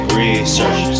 research